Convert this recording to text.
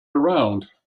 around